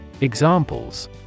Examples